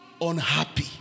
unhappy